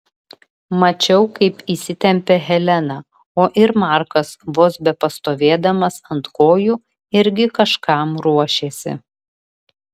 mačiau kaip įsitempė helena o ir markas vos bepastovėdamas ant kojų irgi kažkam ruošėsi